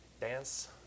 dance